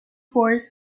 forest